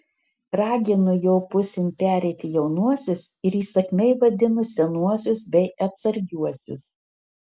ragino jo pusėn pereiti jaunuosius ir įsakmiai vadino senuosius bei atsargiuosius